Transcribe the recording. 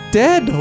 dead